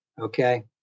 Okay